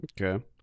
Okay